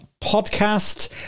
podcast